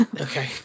Okay